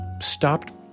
stopped